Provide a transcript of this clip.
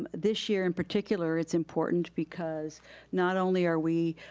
um this year in particular it's important, because not only are we,